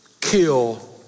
kill